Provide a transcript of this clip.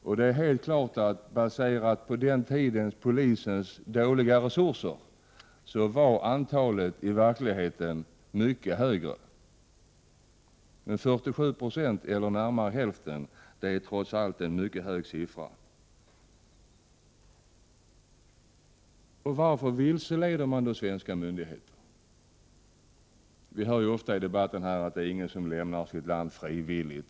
Om man tar hänsyn till de dåliga resurser polisen hade då är det helt klart att antalet i verkligheten var mycket högre. 47 Io — närmare hälften — är trots allt en mycket hög siffra. Varför vilseleder man då svenska myndigheter? Vi hör ofta i debatten att ingen lämnar sitt land frivilligt.